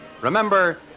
Remember